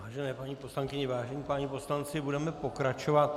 Vážené paní poslankyně, vážení páni poslanci, budeme pokračovat.